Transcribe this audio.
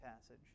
passage